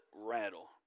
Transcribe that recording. rattle